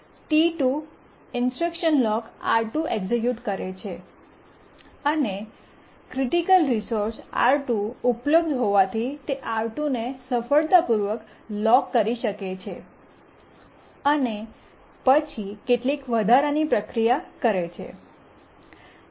તે instruction lock R2 execute કરે છે અને ક્રિટિકલ રિસોર્સ R2 ઉપલબ્ધ હોવાથી તે R2 ને સફળતાપૂર્વક લોક કરી શકે છે અને પછી કેટલીક વધારાની પ્રક્રિયા કરે છે